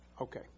okay